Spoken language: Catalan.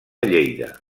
lleida